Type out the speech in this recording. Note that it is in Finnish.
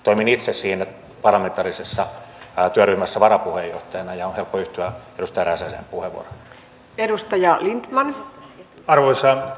toimin itse siinä parlamentaarisessa työryhmässä varapuheenjohtajana ja on helppo yhtyä edustaja räsäsen puheenvuoroon